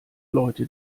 leute